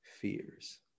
fears